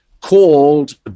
called